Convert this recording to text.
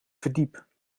verdiep